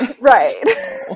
Right